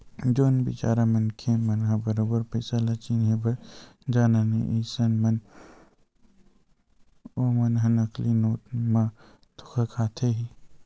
जउन बिचारा मनखे मन ह बरोबर पइसा ल चिनहे बर जानय नइ अइसन म ओमन ह नकली नोट म धोखा खाथे ही